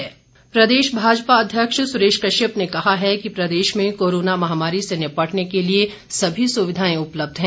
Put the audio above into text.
सुरेश कश्यप प्रदेश भाजपा अध्यक्ष सुरेश कश्यप ने कहा है कि प्रदेश में कोरोना महामारी से निपटने के लिए सभी सुविधाएं उपलब्ध हैं